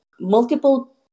multiple